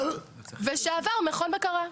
ושעבר מכון בקרה.